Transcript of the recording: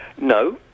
No